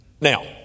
Now